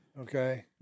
okay